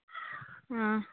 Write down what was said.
ആ